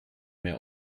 mehr